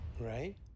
Right